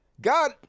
God